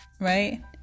right